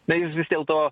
na jis vis dėlto